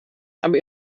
aber